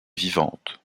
vivante